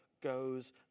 goes